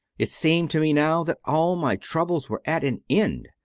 it seemed to me now that all my troubles were at an end.